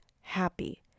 happy